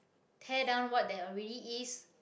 tear down what there already is